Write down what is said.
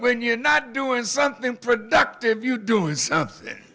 when you're not doing something productive you doing something